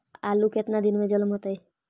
आलू केतना दिन में जलमतइ?